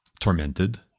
tormented